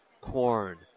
corn